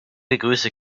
begrüße